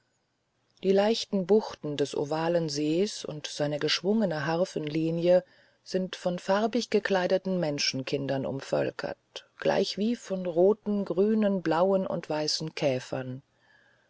die leichten buchten des ovalen sees und seine geschwungene harfenlinie sind von farbig gekleideten menschenkindern umvölkert gleichwie von roten grünen blauen und weißen käfern